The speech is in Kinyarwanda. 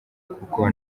kuko